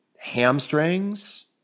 Hamstrings